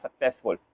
successful